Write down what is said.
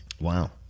Wow